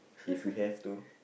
if we have to